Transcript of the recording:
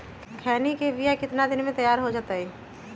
खैनी के बिया कितना दिन मे तैयार हो जताइए?